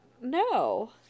No